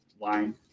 line